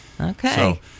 Okay